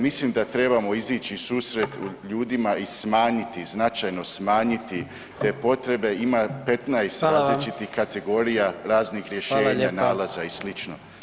Mislim da trebamo izići u susret ljudima i smanjiti, značajno smanjiti te potrebe, ima 15 različitih kategorija [[Upadica predsjednik: Hvala vam.]] raznih rješenja, nalaza i slično.